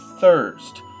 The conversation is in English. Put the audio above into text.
thirst